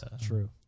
True